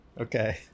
Okay